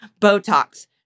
Botox